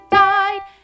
died